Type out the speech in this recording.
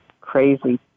crazy